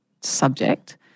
subject